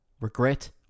regret